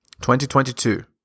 2022